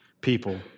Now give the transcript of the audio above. people